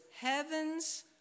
heaven's